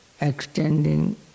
extending